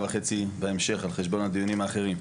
וחצי בהמשך על חשבון הדיונים האחרים.